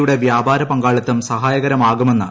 യുടെ വ്യാപാര പങ്കാളിത്തം സഹായകരമാകുമെന്ന് യു